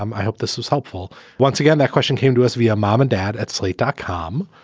um i hope this was helpful. once again, that question came to us via mom and dad at slate dot com,